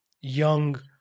young